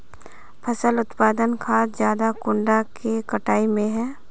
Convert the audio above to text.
फसल उत्पादन खाद ज्यादा कुंडा के कटाई में है?